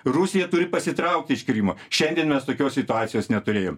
rusija turi pasitraukti iš krymo šiandien mes tokios situacijos neturėjom